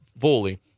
fully